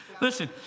Listen